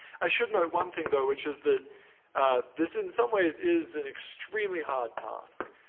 i should note one thing, though, which is that this, in some ways, is an extremely hard task,